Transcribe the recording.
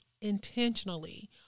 intentionally